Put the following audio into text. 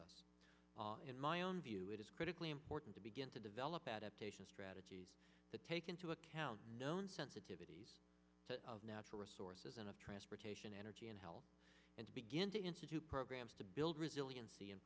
us in my own view it is critically important to begin to develop adaptation strategies to take into account known sensitivities of natural resources and of transportation energy and health and begin to institute programs to build resiliency i